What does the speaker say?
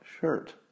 shirt